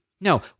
No